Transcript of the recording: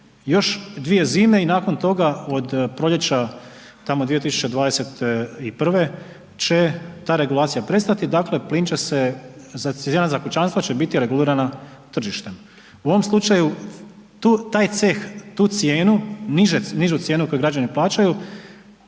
još 2 zime i nakon toga od proljeća tamo 2021. će ta regulacija prestati, dakle plin će se za, cijena za kućanstva će biti regulirana tržištem. U ovom slučaju taj ceh, tu cijenu, nižu cijenu koju građani plaćaju,